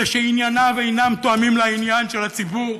שענייניו אינם תואמים לעניין של הציבור.